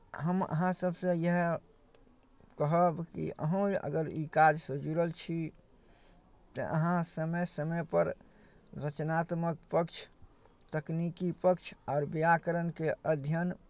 हम अहाँ सभसँ इएह कहब कि अहूँ अगर ई काजसँ जुड़ल छी तऽ अहाँ समय समयपर रचनात्मक पक्ष तकनीकी पक्ष आओर व्याकरणके अध्ययन